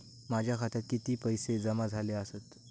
माझ्या खात्यात किती पैसे जमा झाले आसत?